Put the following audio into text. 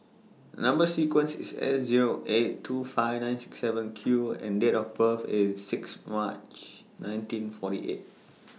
Number sequence IS S Zero eight two five nine six seven Q and Date of birth IS six March nineteen forty eight